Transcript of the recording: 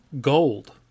Gold